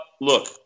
look